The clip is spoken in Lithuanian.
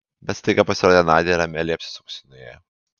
bet staiga pasirodė nadia ir amelija apsisukusi nuėjo